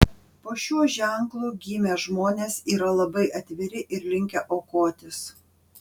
po šiuo ženklu gimę žmonės yra labai atviri ir linkę aukotis